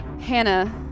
Hannah